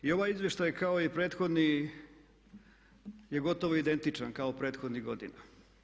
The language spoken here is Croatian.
I ovaj izvještaj kao i prethodni je gotovo identičan kao i prethodnih godina.